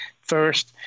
first